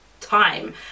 time